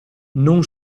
non